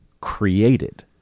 created